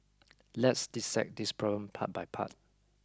let's dissect this problem part by part